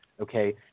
Okay